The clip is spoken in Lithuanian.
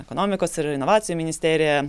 ekonomikos ir inovacijų ministerija